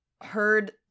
heard